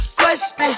question